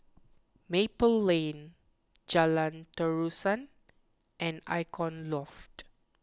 Maple Lane Jalan Terusan and Icon Loft